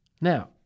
Now